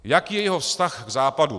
Jaký je jeho vztah k Západu.